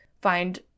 find